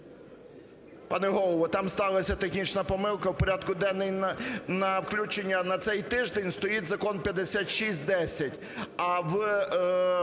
Пане Голово, там сталася технічна помилка, в порядок денний на включення на цей тиждень стоїть Закон 5610,